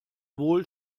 wohl